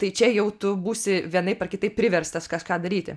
tai čia jau tu būsi vienaip ar kitaip priverstas kažką daryti